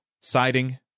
siding